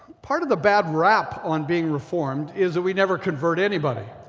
part of the bad rap on being reformed is that we never convert anybody,